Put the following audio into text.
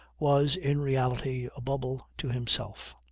was, in reality, a bubble to himself.